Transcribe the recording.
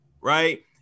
Right